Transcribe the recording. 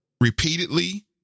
repeatedly